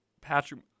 Patrick